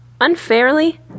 unfairly